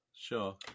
Sure